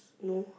no